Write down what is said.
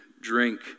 drink